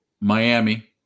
Miami